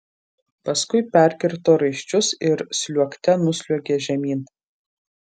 paskui perkirto raiščius ir sliuogte nusliuogė žemyn